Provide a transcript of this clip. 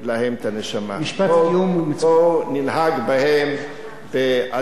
משפט סיום, בואו ננהג בהם באדיבות הראויה.